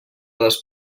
les